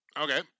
okay